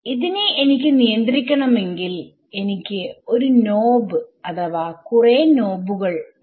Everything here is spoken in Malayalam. ഇതിനെ എനിക്ക് നിയന്ത്രിക്കണമെങ്കിൽ എനിക്ക് ഒരു നോബ് അഥവാ കുറെ നോബുകൾ വേണം